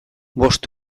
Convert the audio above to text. bost